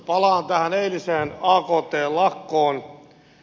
palaan tähän eiliseen aktn lakkoon